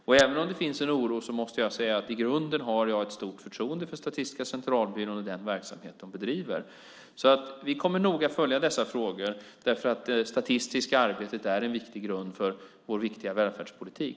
Och även om det finns en oro måste jag säga att i grunden har jag ett stort förtroende för Statistiska centralbyrån och den verksamhet de bedriver. Vi kommer att följa dessa frågor noga. Det statistiska arbetet är en viktig grund för vår viktiga välfärdspolitik.